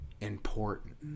important